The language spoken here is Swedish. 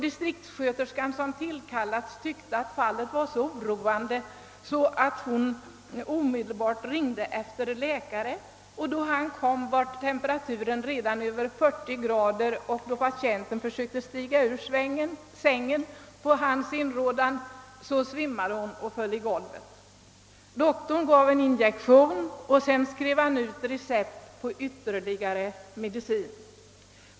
Distriktssköterskan, som tillkallades, tyckte att fallet var så oroande att hon omedelbart ringde efter läkare. Då han kom, var patientens temperatur redan över 40 grader, och då patienten på läkarens inrådan försökte stiga ur sängen, svimmade hon och föll till golvet. Läkaren gav en injektion, och se dan skrev han ut recept på ytterligare medicin.